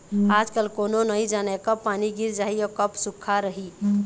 आजकाल कोनो नइ जानय कब पानी गिर जाही अउ कब सुक्खा रही